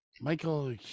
Michael